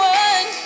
one